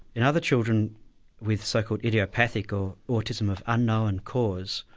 in other children with so-called idiopathic or autism of unknown cause,